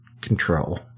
control